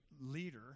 leader